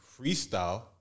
freestyle